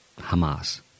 Hamas